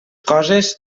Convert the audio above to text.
coses